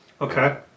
Okay